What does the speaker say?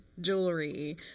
jewelry